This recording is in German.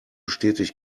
stetig